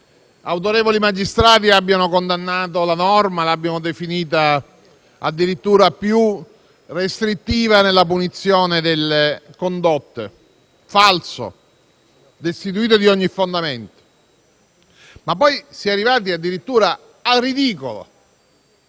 autorevoli magistrati abbiano condannato la norma, l'abbiano definita addirittura più restrittiva nella punizione delle condotte. Falso, destituito di ogni fondamento. Si è poi arrivati addirittura al ridicolo